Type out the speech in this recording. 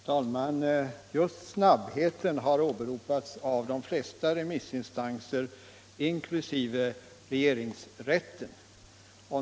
Herr talman! Just snabbheten har åberopats av de flesta remissinstanser, inkl. regeringsrätten.